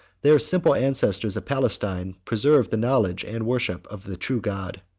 their simple ancestors of palestine preserved the knowledge and worship of the true god.